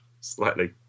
slightly